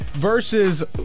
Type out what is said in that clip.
versus